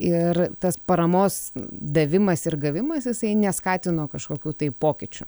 ir tas paramos davimas ir gavimas jisai neskatino kažkokių tai pokyčių